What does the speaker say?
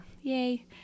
yay